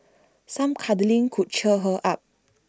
some cuddling could cheer her up